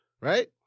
right